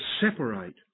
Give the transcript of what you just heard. separate